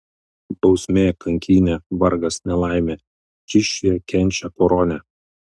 bausmė kankynė vargas nelaimė čysčiuje kenčia koronę